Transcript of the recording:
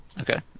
okay